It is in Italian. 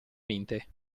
mente